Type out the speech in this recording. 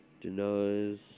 Denies